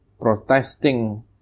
protesting